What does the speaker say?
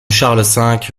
charles